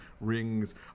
Rings